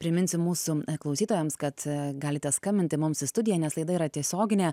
priminsim mūsų klausytojams kad galite skambinti mums į studiją nes laida yra tiesioginė